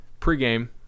pregame